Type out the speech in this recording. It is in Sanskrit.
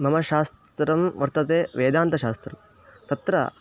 मम शास्त्रं वर्तते वेदान्तशास्त्रं तत्र